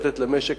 לתת למשק